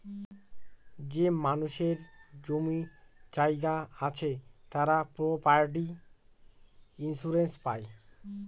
যে মানুষদের জমি জায়গা আছে তারা প্রপার্টি ইন্সুরেন্স পাই